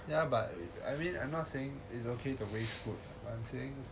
ya but I mean I'm not saying it's okay to waste food on things